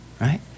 right